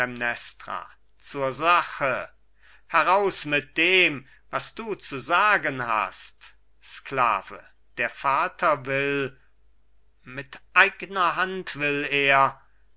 klytämnestra zur sache heraus mit dem was du zu sagen hast sklave der vater will mit eigner hand will er